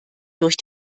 durch